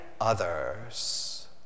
others